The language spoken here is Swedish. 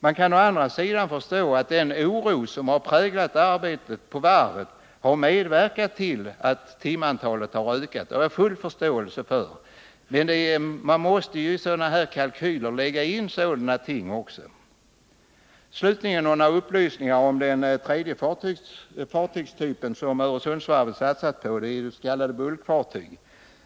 Man kan å andra sidan förstå att den oro som präglat arbetet på varvet har medverkat till att timantalet har ökat. Det har jag full förståelse för, men man måste ju lägga in också sådana här ting i kalkylerna. Slutligen vill jag lämna några upplysningar om den tredje fartygstyp som Öresundsvarvet satsar på, de s.k. bulkfartygen.